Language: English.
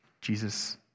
Jesus